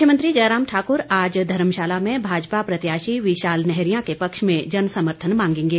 मुख्यमंत्री जयराम ठाकुर आज धर्मशाला में भाजपा प्रत्याशी विशाल नैहरिया के पक्ष में जनसमर्थन मांगेगे